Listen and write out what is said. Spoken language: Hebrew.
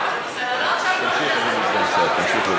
לא שאני מבינה, אבל הוא מנסה להשיב.